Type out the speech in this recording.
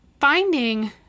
finding